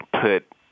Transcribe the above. put